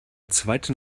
zweiten